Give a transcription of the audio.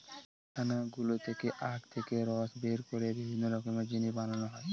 কারখানাগুলো থেকে আখ থেকে রস বের করে বিভিন্ন রকমের জিনিস বানানো হয়